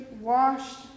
washed